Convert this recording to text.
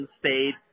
stayed